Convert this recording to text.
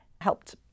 helped